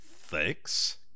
thanks